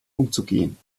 umzugehen